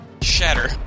Shatter